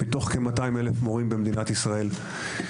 מתוך כ-200,000 מורים במדינת ישראל.